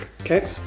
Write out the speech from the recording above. Okay